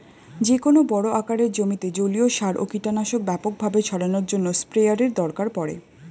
যেকোনো বড় আকারের জমিতে জলীয় সার ও কীটনাশক ব্যাপকভাবে ছড়ানোর জন্য স্প্রেয়ারের দরকার পড়ে